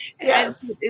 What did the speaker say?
yes